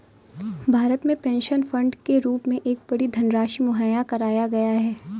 भारत में pension fund के रूप में एक बड़ी धनराशि मुहैया कराया गया है